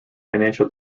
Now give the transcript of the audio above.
financial